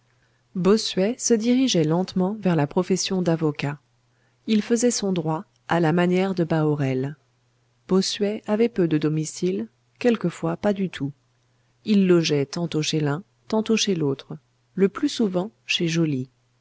bossuet se dirigeait lentement vers la profession d'avocat il faisait son droit à la manière de bahorel bossuet avait peu de domicile quelquefois pas du tout il logeait tantôt chez l'un tantôt chez l'autre le plus souvent chez joly